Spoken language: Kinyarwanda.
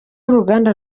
w’uruganda